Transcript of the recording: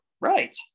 right